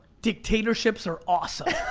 dictatorships are awesome.